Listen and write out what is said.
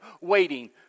waiting